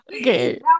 okay